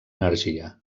energia